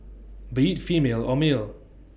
be IT female or male